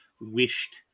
wished